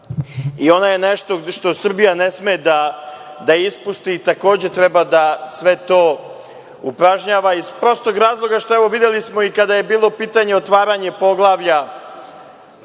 i ona je nešto što Srbija ne sme da ispusti i takođe treba da sve to upražnjava iz prostog razloga što, videli smo i kada je bilo u pitanju otvaranje poglavlja